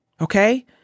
Okay